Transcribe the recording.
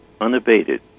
unabated